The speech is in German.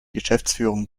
geschäftsführung